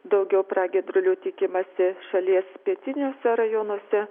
daugiau pragiedrulių tikimasi šalies pietiniuose rajonuose